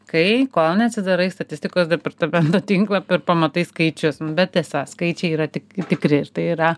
kai kol neatsidarai statistikos departamento tinklapio ir pamatai skaičius bet tiesa skaičiai yra tik tikri ir tai yra